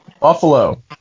buffalo